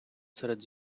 серед